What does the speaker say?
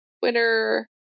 Twitter